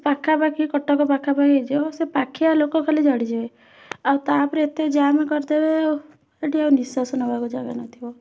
ସେ ପାଖାପାଖି କଟକ ପାଖାପାଖି ହେଇଯିବ ସେ ପାଖିଆ ଲୋକ ଖାଲି ଚଢ଼ିଯିବେ ଆଉ ତା'ପରେ ଏତେ ଜାମ୍ କରିଦେବେ ଆଉ ଏଠି ଆଉ ନିଶ୍ୱାସ ନେବାକୁ ଜାଗା ନଥିବ